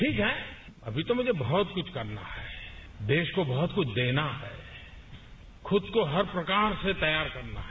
ठीक है अभी तो मुझे बहुत कुछ करना है देश को बहुत कुछ देना है खुद को हर प्रकार से तैयार करना है